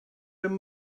dem